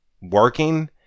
working